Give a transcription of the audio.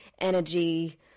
energy